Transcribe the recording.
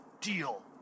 deal